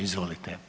Izvolite.